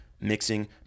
mixing